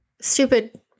stupid